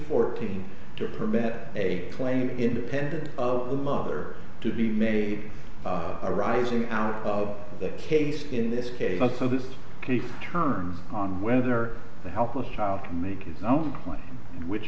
fourteen to permit a playing independent of the mother to be made arising out of the case in this case so this case turns on whether the helpless child can make his own plans which